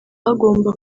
hagomba